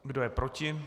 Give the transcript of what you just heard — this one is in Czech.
Kdo je proti?